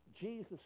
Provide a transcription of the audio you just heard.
Jesus